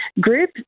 Group